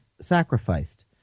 sacrificed